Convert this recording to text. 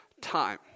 time